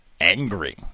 angry